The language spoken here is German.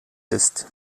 ist